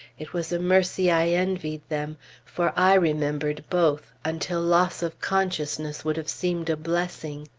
it was a mercy i envied them for i remembered both, until loss of consciousness would have seemed a blessing.